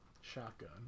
shotgun